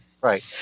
right